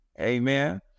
Amen